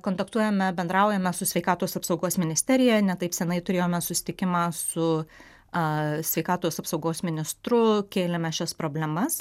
kontaktuojame bendraujame su sveikatos apsaugos ministerija ne taip seniai turėjome susitikimą su sveikatos apsaugos ministru kėlėme šias problemas